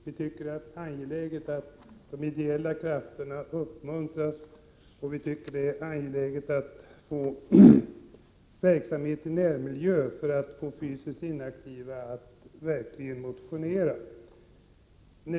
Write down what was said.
Vi tycker det är angeläget att de ideella krafterna uppmuntras. Vi tycker också det är angeläget att få verksamhet i närmiljö, för att få fysiskt inaktiva att verkligen motionera.